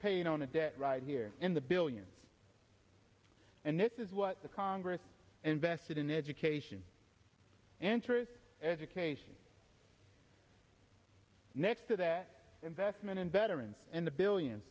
paying on the debt right here in the billions and this is what the congress invested in education and truth education next to that investment in veterans and the billion